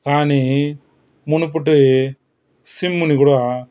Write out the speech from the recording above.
కానీ మునుపటి సిమ్ని కూడా